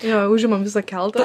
jo užimam visą keltą